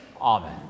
Amen